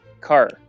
car